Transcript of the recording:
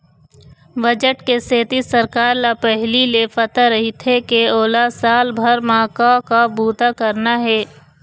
budget के सेती सरकार ल पहिली ले पता रहिथे के ओला साल भर म का का बूता करना हे